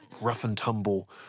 rough-and-tumble